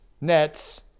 nets